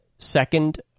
second